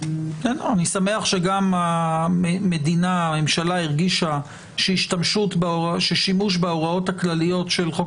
אני שמח שגם הממשלה הרגישה ששימוש בהוראות הכלליות של חוק